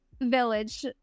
village